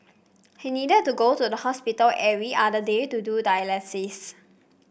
he needed to go to the hospital every other day to do dialysis